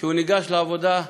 כשהוא ניגש לעבודה,